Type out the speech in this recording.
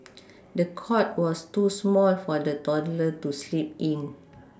the cot was too small for the toddler to sleep in